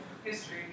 history